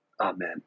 Amen